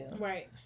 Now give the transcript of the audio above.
right